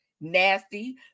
nasty